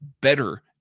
better